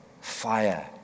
Fire